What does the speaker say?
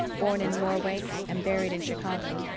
born in norway and buried in chicago.